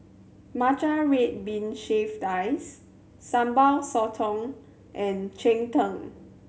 matcha red bean shaved ice Sambal Sotong and cheng tng